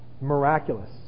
miraculous